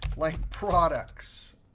like products.